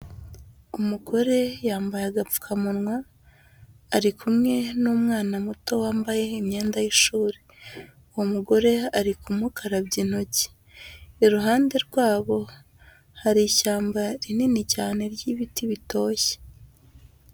Umugore yambaye agapfukamunwa ari kumwe n'umwana muto wambaye imyenda y'ishuri, uwo mugore ari kumukarabya intoki, iruhande rwabo hari ishyamba rinini cyane ry'ibiti bitoshye.